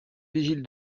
vigile